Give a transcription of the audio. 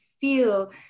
feel